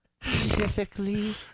specifically